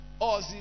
Ozzy